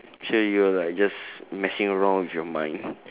sure you are like just messing around with your mind